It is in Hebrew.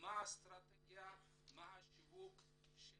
מה האסטרטגיה והשיווק של